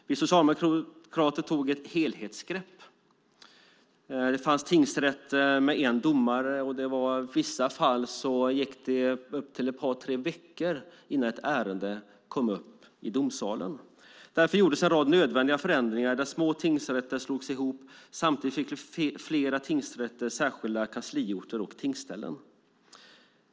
Vi socialdemokrater tog ett helhetsgrepp. Då fanns det tingsrätter med en domare, och i vissa fall gick det upp till ett par tre veckor innan ett ärende kom upp i domsalen. Därför gjordes en rad nödvändiga förändringar där små tingsrätter slogs ihop. Samtidigt fick flera tingsrätter särskilda kansliorter och tingsställen.